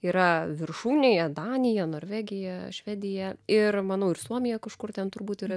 yra viršūnėje danija norvegija švedija ir manau ir suomija kažkur ten turbūt yra